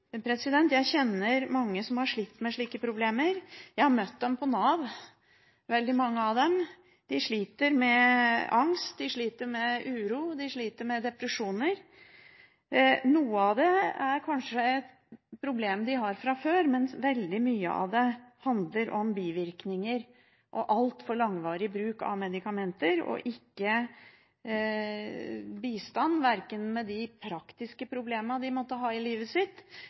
Jeg kjenner mange som har slitt med slike problemer. Jeg har møtt dem på Nav, veldig mange av dem. De sliter med angst, uro og depresjoner. Noe av det er kanskje et problem de har fra før, men veldig mye av det handler om bivirkninger og altfor langvarig bruk av medikamenter uten bistand, verken med de praktiske problemene de måtte ha i livet sitt